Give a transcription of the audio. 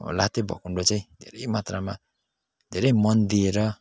लात्ते भकुन्डो चाहिँ धेरै मात्रामा धेरै मन दिएर